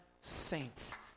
saints